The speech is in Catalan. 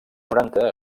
noranta